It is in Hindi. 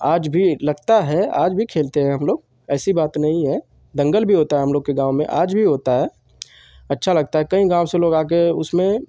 आज भी लगता है आज भी खेलते हैं हमलोग ऐसी बात नहीं है दंगल भी होता है हमलोग के गाँव में आज भी होता है अच्छा लगता है कई गाँव से लोग आकर उसमें